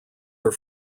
are